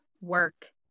work